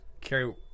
Carrie